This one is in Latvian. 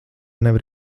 nevar